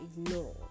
ignore